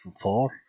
four